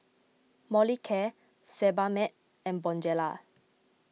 Molicare Sebamed and Bonjela